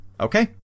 okay